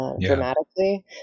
dramatically